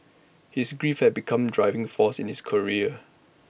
his grief had become driving force in his career